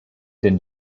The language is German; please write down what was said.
den